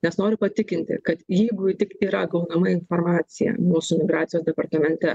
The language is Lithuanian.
nes noriu patikinti kad jeigu tik yra gaunama informacija mūsų migracijos departamente